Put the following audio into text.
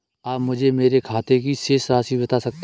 आप मुझे मेरे खाते की शेष राशि बता सकते हैं?